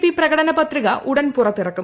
P പ്രകടനപത്രിക ഉടൻ പുറത്തിറക്കും